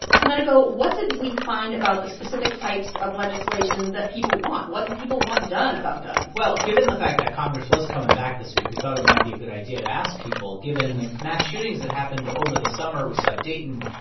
domenico, what did we find about the specific types of legislation that people want? what do people want done about guns? well, given the fact that congress was coming back this week, we thought it might be a good idea to ask people given the mass shootings that happened over the summer we saw dayton,